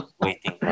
waiting